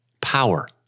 power